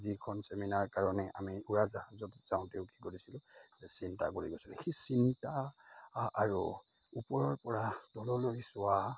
যিখন চেমিনাৰৰ কাৰণে আমি উৰাজাহাজত যাওতেও কি কৰিছিলোঁ যে চিন্তা কৰি গৈছিলোঁ সেই চিন্তা আৰু ওপৰৰ পৰা তললৈ চোৱা